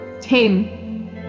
Tim